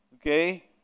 Okay